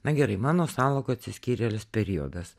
na gerai mano salako atsiskyrėlės periodas